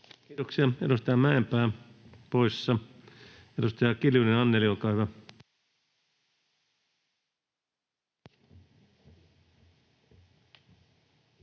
Kiitoksia. — Edustaja Mäenpää poissa. — Edustaja Kiljunen, Anneli, olkaa hyvä.